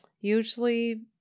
Usually